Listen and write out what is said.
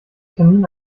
termin